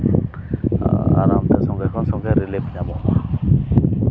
ᱟᱨ ᱚᱱᱛᱮ ᱥᱚᱜᱮ ᱦᱚᱸ ᱥᱚᱜᱮ ᱨᱤᱞᱚᱯᱷ ᱧᱟᱢᱚᱜᱼᱟ